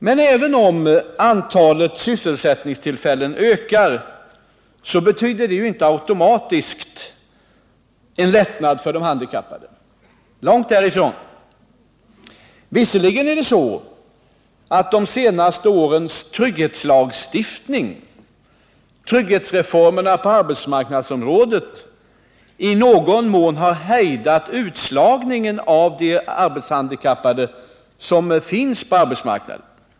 Men även om antalet sysselsättningstillfällen ökar betyder det inte automatiskt en lättnad för de handikappade — långt därifrån. Visserligen har de senaste årens trygghetsreformer på arbetsmarknadsområdet i någon mån hejdat utslagningen av de arbetshandikappade som finns på arbetsmarknaden.